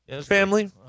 Family